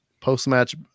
post-match